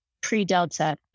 pre-Delta